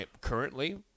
Currently